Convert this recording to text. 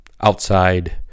outside